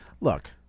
Look